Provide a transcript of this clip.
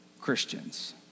Christians